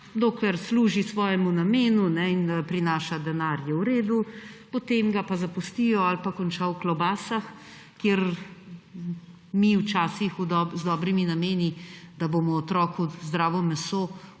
dokler služi svojemu namenu in prinaša denar, je v redu, potem ga pa zapustijo ali pa konča v klobasah, in mi včasih z dobrimi nameni, da bomo otroku zdravo meso